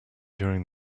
during